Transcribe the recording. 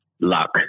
Luck